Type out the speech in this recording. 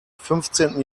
fünfzehnten